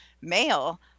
male